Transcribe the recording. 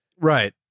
right